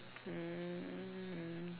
um